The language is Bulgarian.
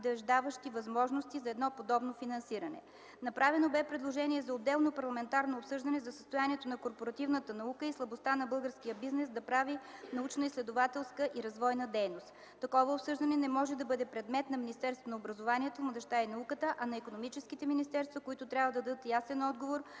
обнадеждаващи възможности за едно подобно финансиране. Направено бе предложение за отделно парламентарно обсъждане за състоянието на корпоративната наука и слабостта на българския бизнес да прави научноизследователска и развойна дейност. Такова обсъждане не може да бъде предмет на Министерството на образованието, младежта и науката, а на икономическите министерства, които трябва да дадат ясен отговор,